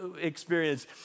experience